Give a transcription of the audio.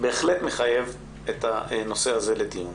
בהחלט מחייב את הנושא הזה לדיון